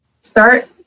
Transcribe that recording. start